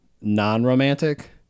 non-romantic